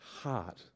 heart